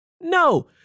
No